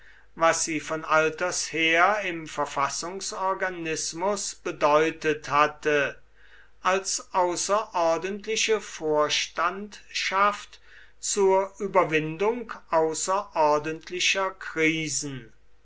was sie von alters her im verfassungsorganismus bedeutet hatte als außerordentliche vorstandschaft zur überwindung außerordentlicher krisen